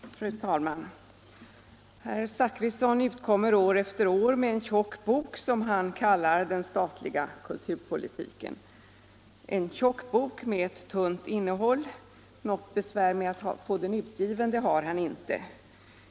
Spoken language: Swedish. Fru talman! Herr Zachrisson utkommer år efter år med en tjock bok som han kallar Den statliga kulturpolitiken — en tjock bok med tunt innehåll. Något besvär med att få den utgiven har han inte.